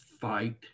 fight